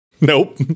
Nope